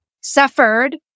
suffered